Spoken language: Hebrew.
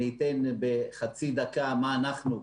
אני אתן בחצי דקה מה אנחנו,